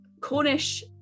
Cornish